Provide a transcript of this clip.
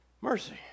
Mercy